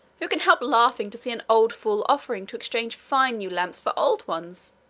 who can help laughing to see an old fool offering to exchange fine new lamps for old ones?